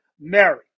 Mary